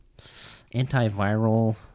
antiviral